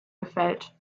gefällt